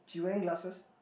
she wearing glasses